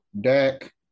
Dak